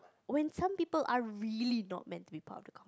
when some people are really not meant to be part of the con